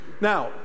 Now